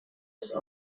des